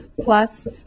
plus